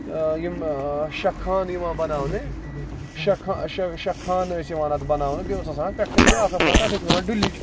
یِم شیٚے کھانہٕ یِوان بَناونہٕ بیٚیہِ شیٚے کھانہٕ شیٚے کھانہٕ ٲسۍ یِوان اَتھ بَناونہٕ بیٚیہِ اوس پٹھ کنۍ آسان بیاکھ اکھ کھانہٕ تَتھ ٲسۍ وَنان ڈُلِجۍ